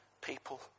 people